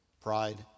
Pride